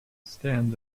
stands